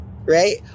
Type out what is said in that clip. right